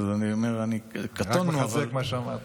אני רק מחזק את מה שאמרת.